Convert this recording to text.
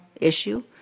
issue